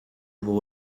vous